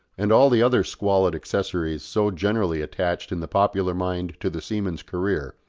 and all the other squalid accessories so generally attached in the popular mind to the seaman's career,